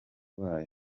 bayo